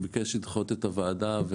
הוא ביקש לדחות את הוועדה.